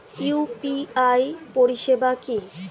UPI পরিষেবা কি?